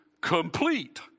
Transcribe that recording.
complete